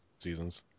seasons